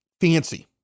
fancy